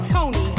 Tony